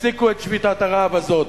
תפסיקו את שביתת הרעב הזאת.